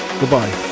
goodbye